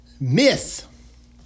myth